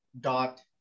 dot